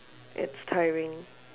its tiring